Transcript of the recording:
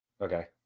Okay